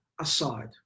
aside